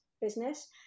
business